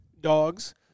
dogs